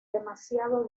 demasiado